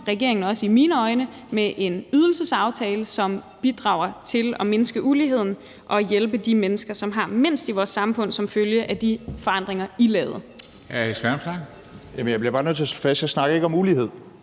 regeringen også i mine øjne i forhold til en ydelsesaftale, som bidrager til at mindske uligheden og hjælpe de mennesker, som har mindst i vores samfund som følge af de forandringer, I lavede. Kl. 15:15 Formanden : Hr. Alex Vanopslagh.